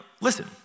listen